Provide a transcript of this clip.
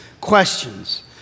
questions